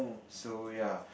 so ya